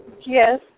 Yes